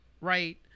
right